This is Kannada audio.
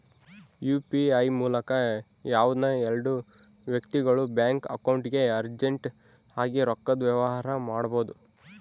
ಯು.ಪಿ.ಐ ಮೂಲಕ ಯಾವ್ದನ ಎಲ್ಡು ವ್ಯಕ್ತಿಗುಳು ಬ್ಯಾಂಕ್ ಅಕೌಂಟ್ಗೆ ಅರ್ಜೆಂಟ್ ಆಗಿ ರೊಕ್ಕದ ವ್ಯವಹಾರ ಮಾಡ್ಬೋದು